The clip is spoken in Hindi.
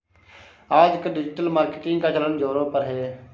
आजकल डिजिटल मार्केटिंग का चलन ज़ोरों पर है